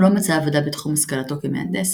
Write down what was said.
הוא לא מצא עבודה בתחום השכלתו כמהנדס,